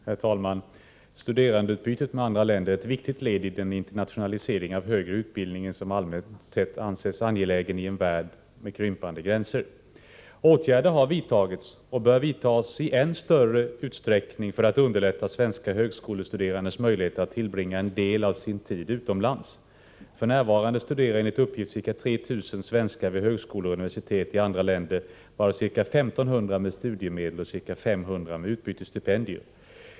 Herr talman! Studerandeutbytet med andra länder är ett viktigt led i den internationalisering av högre utbildning som allmänt anses angelägen i en värld med krympande gränser. Åtgärder har vidtagits — och bör vidtas i än större utsträckning — för att underlätta svenska högskolestuderandes möjligheter att tillbringa en del av sin tid utomlands. F.n. studerar enligt uppgift ca 3 000 svenskar vid högskolor och universitet i andra länder, varav ca 1 500 med studiemedel och ca 500 med utbytesstipendier.